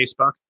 Facebook